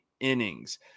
innings